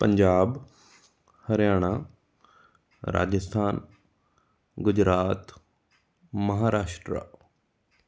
Punjab Haryana Rajasthan Gujarat Maharashtra